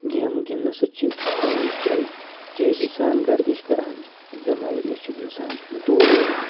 game گِنٛدنہٕ سۭتۍ چھِ خوٗن جَل تیزی سان گردِش کران تہٕ بؠمارِ نِش چھُ اِنسان دوٗر روزان